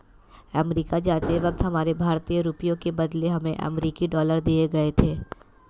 America जाते वक्त हमारे भारतीय रुपयों के बदले हमें अमरीकी डॉलर दिए गए थे